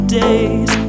days